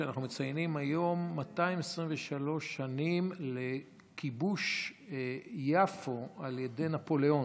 שאנחנו מציינים היום 223 שנים לכיבוש יפו על ידי נפוליאון.